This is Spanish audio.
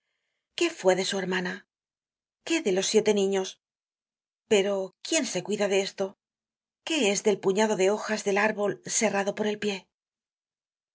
qué fue de su hermana qué de los siete niños pero quién se cuida de esto qué es del puñado de hojas del árbol serrado por el pié